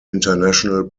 international